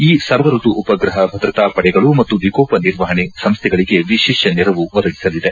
ಈ ಸರ್ವಋತು ಉಪಗ್ರಹ ಭದ್ರತಾ ಪಡೆಗಳು ಮತ್ತು ವಿಕೋಪ ನಿರ್ವಹಣೆ ಸಂಸ್ಥೆಗಳಿಗೆ ವಿಶೇಷ ನೆರವು ಒದಗಿಸಲಿದೆ